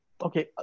Okay